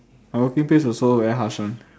my working place also very harsh [one]